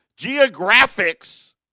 geographics